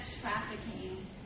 trafficking